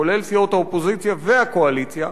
כולל סיעות האופוזיציה והקואליציה,